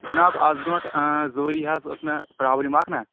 جِناب آز برٛونٛٹھ زٕ ؤرِی حظ ٲس مےٚ پرابلِم اکھ نا